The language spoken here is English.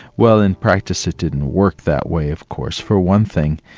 well in practice, it didn't work that way of course. for one thing,